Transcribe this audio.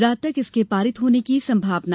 रात तक इसके पारित होने की संभावना